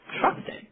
trusting